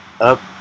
up